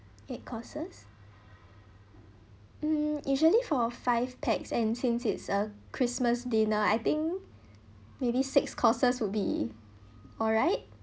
eight courses um usually for five pax and since it's a christmas dinner I think maybe six courses would be alright